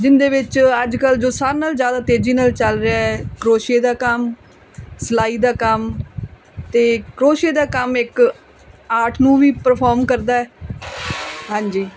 ਜਿਹਦੇ ਵਿੱਚ ਅੱਜ ਕੱਲ੍ਹ ਜੋ ਸਾਰਿਆਂ ਨਾਲੋਂ ਜ਼ਿਆਦਾ ਤੇਜ਼ੀ ਨਾਲ ਚੱਲ ਰਿਹਾ ਕਰੋਸ਼ੀਏ ਦਾ ਕੰਮ ਸਿਲਾਈ ਦਾ ਕੰਮ ਅਤੇ ਕਰੋਸ਼ੀਏ ਦਾ ਕੰਮ ਇੱਕ ਆਰਟ ਨੂੰ ਵੀ ਪਰਫੋਰਮ ਕਰਦਾ ਹਾਂਜੀ